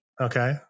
okay